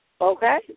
okay